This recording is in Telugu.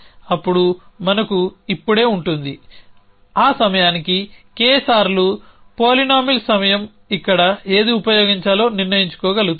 అప్పుడు మనకు ఇప్పుడే ఉంటుంది ఆ సమయానికి K సార్లు పోలీనోమిల్ సమయం ఇక్కడ ఏది ఉపయోగించాలో నిర్ణయించుకోగలుగుతుంది